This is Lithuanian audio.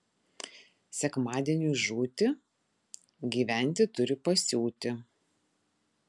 sekmadieniui žūti gyventi turi pasiūti